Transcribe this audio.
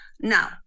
Now